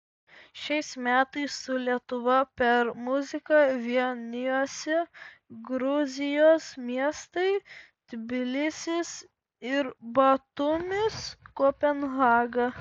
šiais metais su lietuva per muziką vienijosi gruzijos miestai tbilisis ir batumis kopenhaga